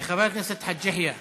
חבר הכנסת חאג' יחיא.